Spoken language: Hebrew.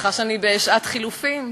סליחה שאני בשעת חילופין.